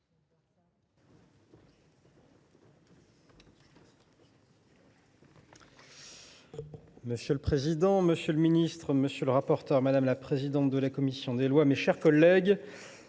Monsieur le président, monsieur le ministre d’État, madame la présidente de la commission des lois, mes chers collègues,